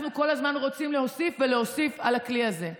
אנחנו כל הזמן רוצים להוסיף ולהוסיף על הכלי הזה.